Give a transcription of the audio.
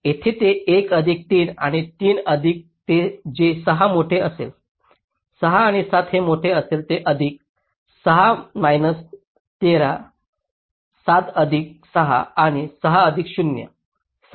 येथे ते 1 अधिक 3 आणि 3 अधिक जे 6 मोठे असेल 6 आणि 7 जे मोठे असेल ते अधिक 6 13 7 अधिक 6 आणि 6 अधिक 0 6